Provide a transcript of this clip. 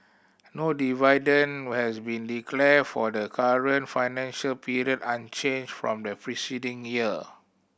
no dividend has been declared for the current financial period unchanged from the preceding year